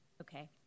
Okay